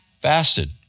Fasted